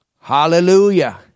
hallelujah